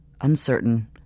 uncertain